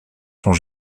sont